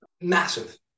massive